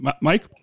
Mike